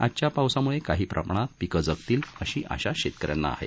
आजच्या पावसामुळे काही प्रमाणात पिकं जगतील अशी आशा शेतकऱ्यांना आहे